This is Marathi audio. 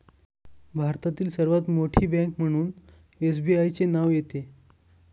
भारतातील सर्वात मोठी बँक म्हणून एसबीआयचे नाव येते